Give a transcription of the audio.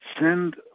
send